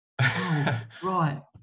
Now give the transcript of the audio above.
Right